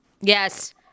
Yes